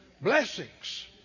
blessings